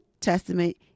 Testament